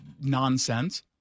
nonsense